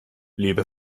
liebe